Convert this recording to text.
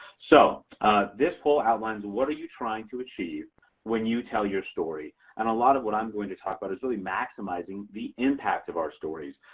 so this poll outlines what are you trying to achieve when you tell your story. and a lot of what i'm going to talk about is really maximizing the impact of our stories.